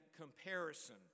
comparison